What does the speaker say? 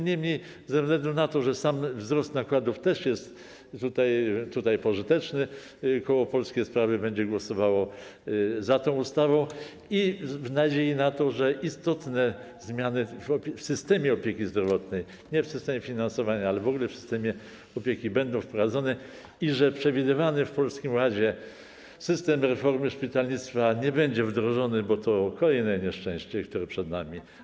Niemniej ze względu na to, że sam wzrost nakładów też jest tutaj pożyteczny, koło Polskie Sprawy będzie głosowało za tą ustawą i w nadziei na to, że istotne zmiany w systemie opieki zdrowotnej, nie w systemie finansowania, ale w ogóle w systemie opieki, będą wprowadzone i że przewidywany w Polskim Ładzie system reformy szpitalnictwa nie będzie wdrożony, bo to kolejne nieszczęście, które jest przed nami.